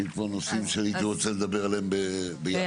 אלה נושאים שהייתי רוצה לדבר עליהם ביחד.